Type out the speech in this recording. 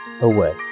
away